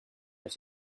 elle